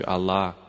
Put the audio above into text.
Allah